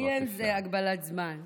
לי אין הגבלת זמן.